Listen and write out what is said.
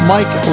Mike